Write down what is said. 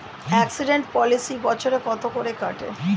Accident policy বছরে কত করে কাটে?